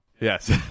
yes